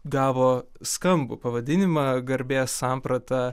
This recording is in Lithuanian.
gavo skambų pavadinimą garbės samprata